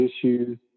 issues